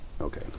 Okay